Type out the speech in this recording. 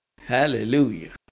Hallelujah